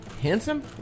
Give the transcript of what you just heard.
Handsome